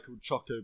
Choco